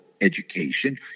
education